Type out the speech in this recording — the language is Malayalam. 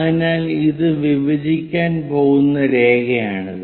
അതിനാൽ ഇത് വിഭജിക്കാൻ പോകുന്ന രേഖയാണിത്